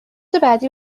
بعدی